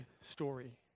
story